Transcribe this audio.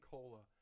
Cola